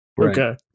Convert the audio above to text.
Okay